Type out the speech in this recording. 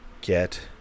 get